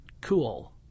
Cool